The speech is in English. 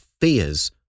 fears